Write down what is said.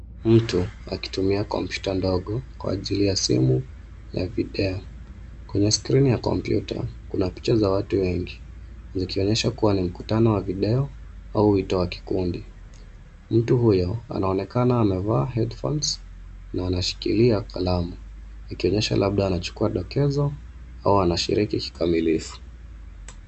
Mtu akitumia kompyuta ndogo kwa ajili ya simu ya video. Kwenye skirini ya kompyuta, kuna picha za watu wengi zikionyesha kuwa ni mkutano wa video au wito wa kikundi. Mtu huyo anaonekana amevaa headphones na anashikilia kalamu ikionyesha labda anachukua dokezo au anashiriki kikamilifu.